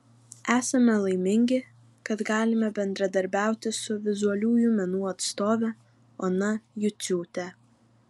esame laimingi kad galime bendradarbiauti su vizualiųjų menų atstove ona juciūte